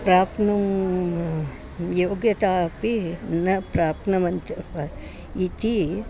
प्राप्तुं योग्यता अपि न प्राप्नुवन्तः इति